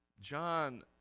John